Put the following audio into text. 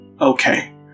Okay